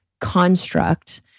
construct